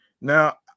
now